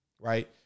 right